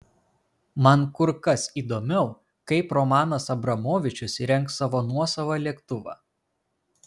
man kur kas įdomiau kaip romanas abramovičius įrengs savo nuosavą lėktuvą